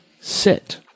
sit